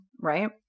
right